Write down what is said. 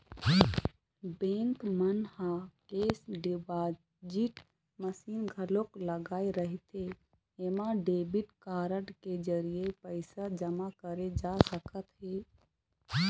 bank मन ह cash deposit machine घलोक लगाए रहिथे एमा डेबिट कारड के जरिए पइसा जमा करे जा सकत हे